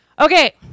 Okay